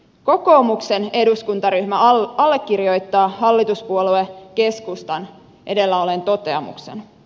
kokoomuksen eduskuntaryhmä allekirjoittaa hallituspuolue keskustan edellä olleen toteamuksen